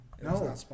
No